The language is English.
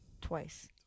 Twice